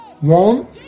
one